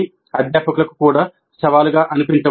ఇది అధ్యాపకులకు కూడా సవాలుగా అనిపించవచ్చు